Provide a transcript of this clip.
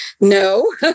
no